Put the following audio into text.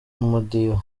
umudiho